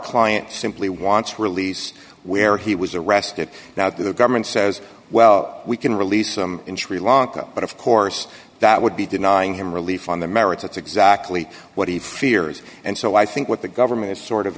client simply wants release where he was arrested now that the government says well we can release them in sri lanka but of course that would be denying him relief on the merits it's exactly what he fears and so i think what the government is sort of